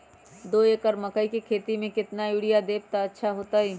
दो एकड़ मकई के खेती म केतना यूरिया देब त अच्छा होतई?